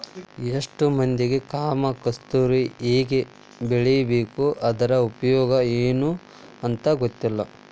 ಎಷ್ಟೋ ಮಂದಿಗೆ ಕಾಮ ಕಸ್ತೂರಿ ಹೆಂಗ ಬೆಳಿಬೇಕು ಅದ್ರ ಉಪಯೋಗ ಎನೂ ಅಂತಾ ಗೊತ್ತಿಲ್ಲ